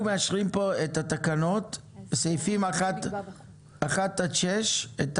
אנחנו מאשרים פה את התקנות, סעיפים 1 עד 6. את